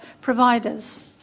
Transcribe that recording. providers